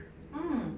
mmhmm